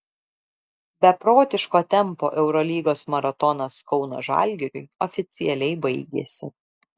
beprotiško tempo eurolygos maratonas kauno žalgiriui oficialiai baigėsi